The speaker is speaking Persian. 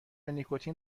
نیکوتین